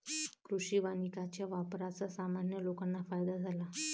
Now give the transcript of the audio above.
कृषी वानिकाच्या वापराचा सामान्य लोकांना फायदा झाला